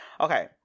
Okay